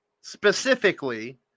specifically